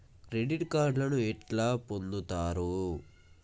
Credit కార్డులను ఎట్లా పొందుతరు?